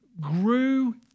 grew